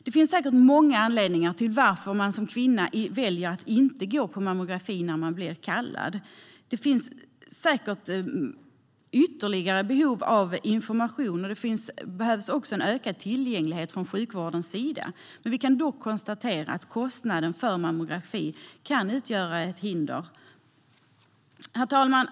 Det finns säkert många anledningar till att man som kvinna väljer att inte gå på mammografi när man blir kallad. Det finns säkert behov av ytterligare information och även ökad tillgänglighet från sjukvårdens sida. Vi kan dock konstatera att kostnaden för mammografi kan utgöra ett hinder. Herr talman!